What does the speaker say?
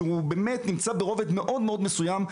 שבאמת נמצא ברובד מאוד-מאוד מסוים.